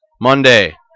Monday